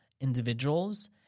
individuals